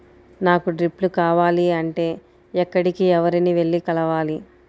నాకు డ్రిప్లు కావాలి అంటే ఎక్కడికి, ఎవరిని వెళ్లి కలవాలి?